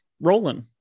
rolling